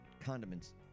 condiments